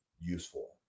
useful